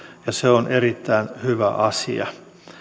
ja se on erittäin hyvä asia